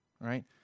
right